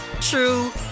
true